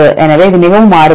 எனவே இது மிகவும் மாறுபடும்